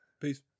Peace